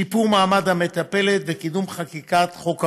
שיפור מעמד המטפלת וקידום חקיקת חוק הפיקוח.